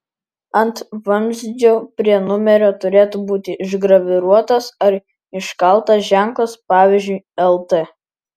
ant vamzdžio prie numerio turėtų būti išgraviruotas ar iškaltas ženklas pavyzdžiui lt